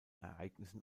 ereignissen